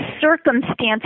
circumstances